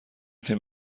تیم